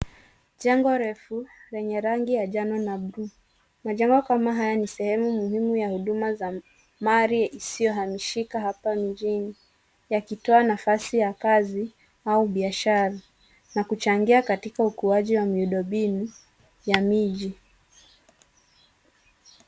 Jengo refu lenye ya rangi ya njano na buluu. Majengo kama haya ni sehemu muhimu ya huduma ya mali isiyohamishika hapa mjini yakitoa nafasi ya kazi au biashara na kuchangia katika ukuaji wa miundombinu ya miji.